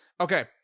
Okay